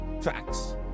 Facts